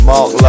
Mark